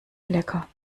lecker